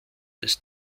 des